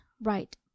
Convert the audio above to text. Right